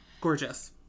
gorgeous